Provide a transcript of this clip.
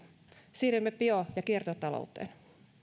siirrymme bio ja kiertotalouteen